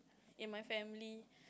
in my family